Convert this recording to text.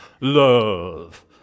Love